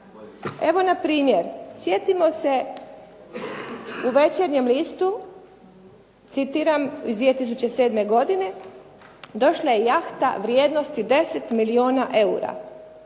Evo na primjer, sjetimo se u "Večernjem listu" citiram iz 2007. godine: "Došla je jahta vrijednosti 10 milijuna eura.